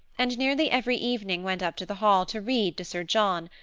and nearly every evening went up to the hall to read to sir john,